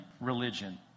religion